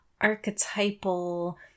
archetypal